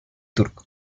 turco